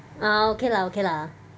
ah okay lah okay lah